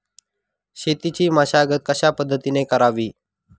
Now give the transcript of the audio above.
शेतीची मशागत कशापद्धतीने करावी?